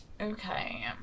Okay